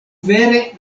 vere